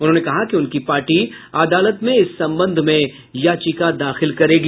उन्होंने कहा कि उनकी पार्टी अदालत में इस संबंध में याचिका दाखिल करेगी